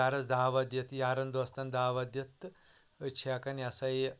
رِشتہٕ دارَس دعوت دِتھ یارَن دوستَن دعوت دِتھ تہٕ أسۍ چھِ ہٮ۪کَان یہِ ہَسا یہِ